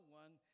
one